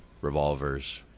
revolvers